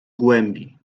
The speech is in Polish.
głębi